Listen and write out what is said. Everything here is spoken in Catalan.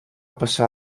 passar